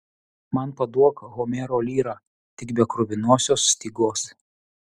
man paduok homero lyrą tik be kruvinosios stygos